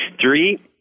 Three